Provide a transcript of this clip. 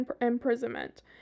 imprisonment